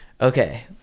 Okay